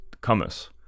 commerce